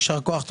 יישר כוח,